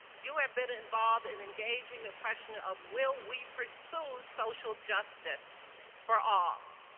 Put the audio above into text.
you have been involved in engaging the question of will we pursue social justice for all?